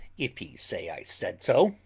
if he say i said so.